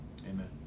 Amen